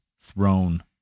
throne